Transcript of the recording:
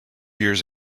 years